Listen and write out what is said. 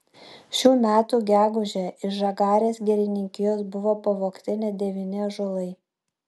šių metų gegužę iš žagarės girininkijos buvo pavogti net devyni ąžuolai